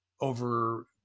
over